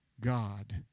God